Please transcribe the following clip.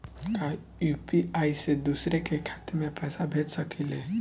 का यू.पी.आई से दूसरे के खाते में पैसा भेज सकी ले?